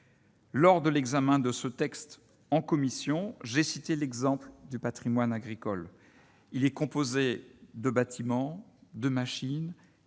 Lors de l'examen de ce texte en commission, j'ai cité l'exemple du Patrimoine agricole, il est composé de bâtiments de machines